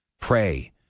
Pray